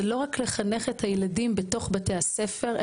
זה לא רק לחנך את הילדים בתוך בתי הספר,